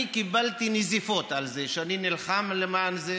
אני קיבלתי נזיפות על זה שאני נלחם למען זה.